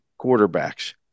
quarterbacks